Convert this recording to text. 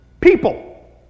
people